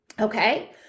Okay